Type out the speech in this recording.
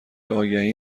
آگهی